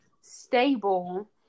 stable